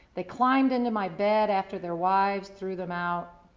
they climbed into my bed after their wives threw them out.